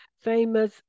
famous